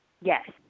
Yes